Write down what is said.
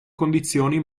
condizioni